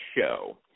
show